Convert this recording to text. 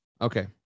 okay